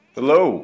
Hello